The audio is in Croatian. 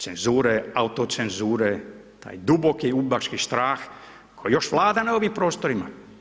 Cenzure, autocenzure, taj duboki udbaški strah koji još vlada na ovim prostorima.